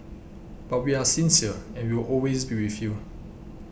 but we are sincere and we will always be with you